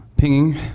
pinging